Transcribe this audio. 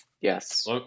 Yes